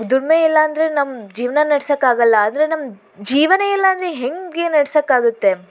ದುಡಿಮೆ ಇಲ್ಲ ಅಂದರೆ ನಮ್ಮ ಜೀವನ ನಡೆಸಕ್ಕಾಗಲ್ಲ ಆದರೆ ನಮ್ಮ ಜೀವವೇ ಇಲ್ಲಂದರೆ ಹೇಗೆ ನಡೆಸಕ್ಕಾಗತ್ತೆ